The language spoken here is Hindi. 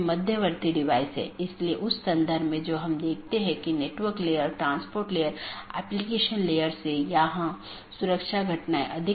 अगर हम BGP घटकों को देखते हैं तो हम देखते हैं कि क्या यह ऑटॉनमस सिस्टम AS1 AS2 इत्यादि हैं